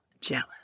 Jealous